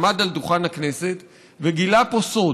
עמד על דוכן הכנסת וגילה פה סוד,